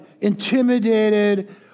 intimidated